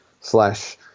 slash